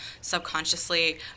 subconsciously